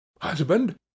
husband